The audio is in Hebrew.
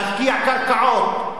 להפקיע קרקעות,